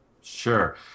Sure